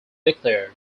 declared